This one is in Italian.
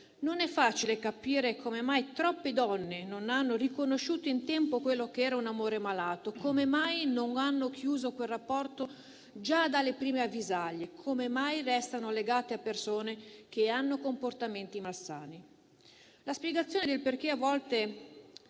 Non è facile capire come mai troppe donne non hanno riconosciuto in tempo quello che era un amore malato, come mai non hanno chiuso quel rapporto già dalle prime avvisaglie, come mai restino legate a persone che hanno comportamenti malsani. La spiegazione del perché a volte